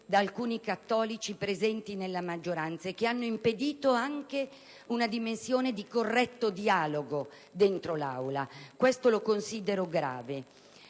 da alcuni cattolici presenti nella maggioranza e che hanno impedito anche una dimensione di corretto dialogo in Aula. Questo lo considero grave.